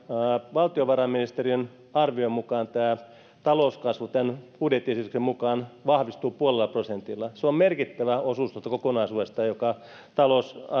valtiovarainministeriön arvion mukaan talouskasvu tämän budjettiesityksen mukaan vahvistuu puolella prosentilla se on merkittävä osuus tuosta kokonaisuudesta joka